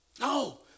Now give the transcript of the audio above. No